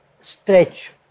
stretch